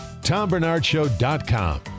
TomBernardShow.com